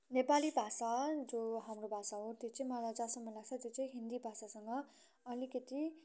नेपाली भाषा जो हाम्रो भाषा हो त्यो चाहिँ मलाई जहाँसम्म लाग्छ त्यो चाहिँ हिन्दी भाषासँग अलिकती